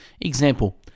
Example